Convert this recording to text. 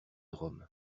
rome